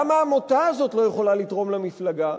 גם העמותה הזאת לא יכולה לתרום למפלגה,